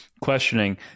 questioning